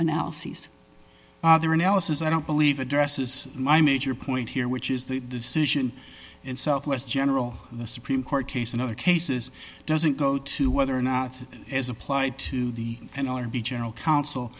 analyses their analysis i don't believe addresses my major point here which is the decision in southwest general the supreme court case in other cases doesn't go to whether or not it is applied to the end all or be general counsel